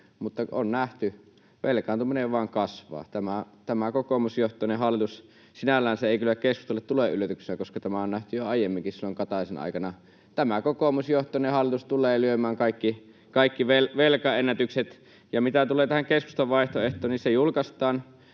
mutta on nähty, että velkaantuminen vain kasvaa. Sinällään se ei kyllä keskustalle tule yllätyksenä, koska tämä on nähty jo aiemminkin silloin Kataisen aikana. Tämä kokoomusjohtoinen hallitus tulee lyömään kaikki velkaennätykset. Ja mitä tulee tähän keskustan vaihtoehtoon, niin se julkaistaan